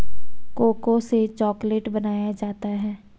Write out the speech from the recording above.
cocoa से chocolate बनाया जाता है